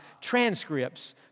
transcripts